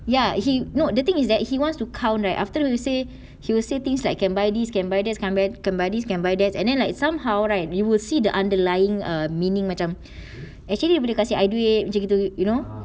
ya he no the thing is that he wants to count right after you say he will say things like can buy these can buy that sekarang can buy this can buy that and then like somehow right we will see the underlying err meaning macam actually bila kasih I duit macam gitu